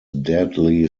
deadly